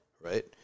right